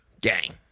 Gang